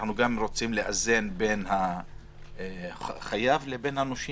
אנחנו גם רוצים לאזן בין החייב לבין הנושים.